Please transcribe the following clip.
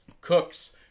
Cooks